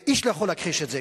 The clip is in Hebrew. ואיש לא יכול להכחיש את זה.